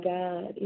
God